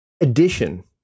addition